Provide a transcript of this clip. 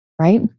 right